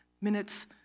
Minutes